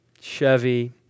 Chevy